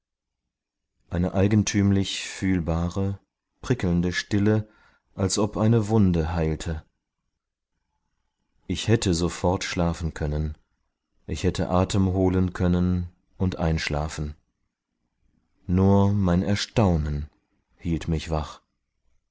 eine eigentümlich fühlbare prickelnde stille als ob eine wunde heilte ich hätte sofort schlafen können ich hätte atem holen können und einschlafen nur mein erstaunen hielt mich wach